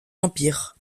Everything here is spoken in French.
empires